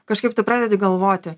kažkaip tu pradedi galvoti